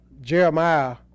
Jeremiah